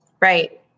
right